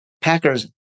Packers